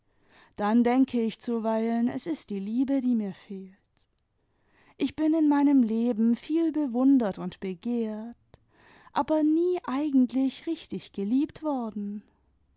dann denke ich zuweilen es ist die liebe die mir fehlt ich bin in meinem leben viel bewundert und begehrt aber nie eigentlich richtig geliebt worden